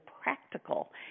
practical